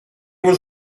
was